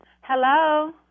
Hello